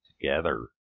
together